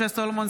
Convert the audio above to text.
משה סולומון,